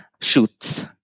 shoots